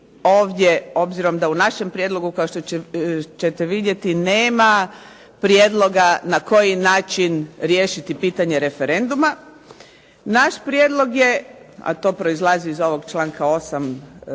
ovdje obzirom da u našem prijedlogu kao što ćete vidjeti nema prijedloga na koji način riješiti pitanje referenduma, naš prijedlog je, a to proizlazi iz ovog članka 8.